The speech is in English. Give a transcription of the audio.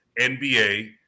NBA